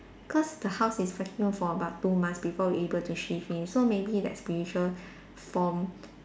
because the house is vacant for about two months before we able to shift in so maybe that spiritual form